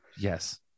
Yes